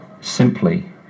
simply